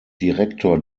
direktor